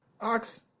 Ox